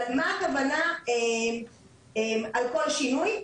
אבל מה הכוונה על כל שינוי?